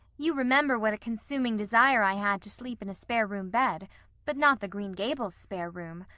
you remember what a consuming desire i had to sleep in a spare room bed but not the green gables spare room.